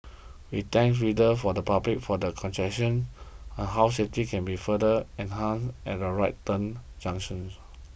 we thank readers for the public for their on how safety can be further enhanced at right turn junctions